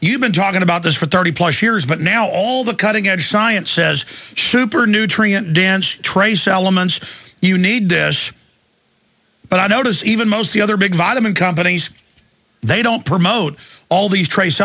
you've been talking about this for thirty plus years but now all the cutting edge science says super nutrient dense trace elements you need but i notice even most of the other big vitamin companies they don't promote all these trace